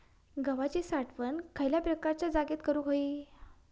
गव्हाची साठवण खयल्या प्रकारच्या जागेत करू होई?